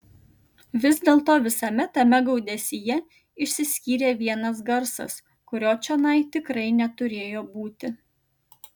vis dėlto visame tame gaudesyje išsiskyrė vienas garsas kurio čionai tikrai neturėjo būti